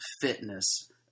fitness